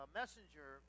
messenger